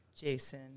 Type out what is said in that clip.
Jason